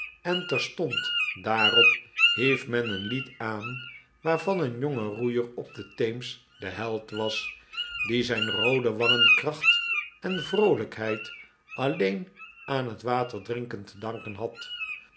en terstond daarop hief men een lied aan waarvan een jonge roeier op den theems de held was die zijn roode wangen kracht en vroolijkheid alleen aan het waterdrinken te danken had